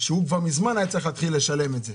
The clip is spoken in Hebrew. שהוא כבר מזמן היה צריך להתחיל לשלם את זה.